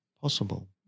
possible